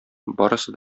барысы